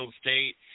State